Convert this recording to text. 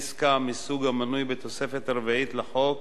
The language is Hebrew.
עסקה מסוג המנוי בתוספת הרביעית לחוק